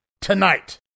tonight